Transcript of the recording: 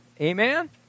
Amen